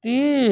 तीन